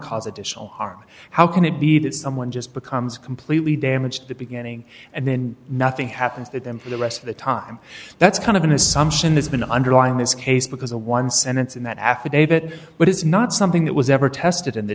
cause additional harm how can it be that someone just becomes completely damaged the beginning and then nothing happens to them the rest of the time that's kind of an assumption has been underlying this case because a one sentence in that affidavit but it's not something that was ever tested in the